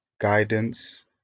guidance